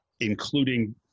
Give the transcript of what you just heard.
including